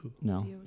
No